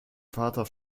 vater